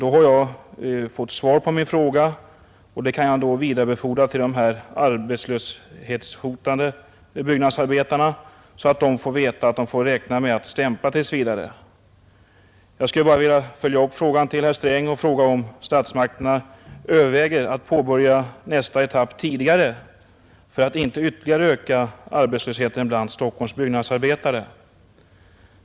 Då har jag fått svar på min fråga, och det skall jag vidarebefordra till de arbetslöshetshotade byggnadsarbetarna så att de får veta att de kan räkna med att stämpla tills vidare. Jag skulle emellertid vilja följa upp frågan till herr Sträng. Överväger statsmakterna att påbörja nästa etapp tidigare för att inte ytterligare öka arbetslösheten bland Stockholms byggnadsarbetare?